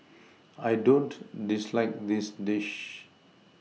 I don't dislike this dish